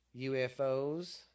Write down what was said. UFOs